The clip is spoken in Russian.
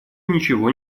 ничего